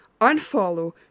unfollow